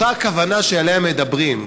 אז אותה כוונה שעליה מדברים,